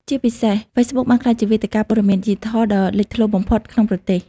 ជាពិសេស Facebook បានក្លាយជាវេទិកាព័ត៌មានឌីជីថលដ៏លេចធ្លោបំផុតក្នុងប្រទេស។